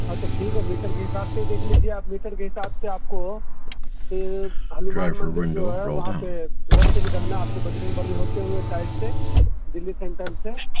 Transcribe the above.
ہاں تو ٹھیک ہے میٹر کے حساب سے دیکھ لیجیے آپ میٹر کے حساب سے آپ کو کہ ہنومان مندر جو ہے وہاں سے ادھر سے نکلنا ہے آپ کو بجرنگ بلی ہوتے ہوئے سائڈ سے دلی سینٹر سے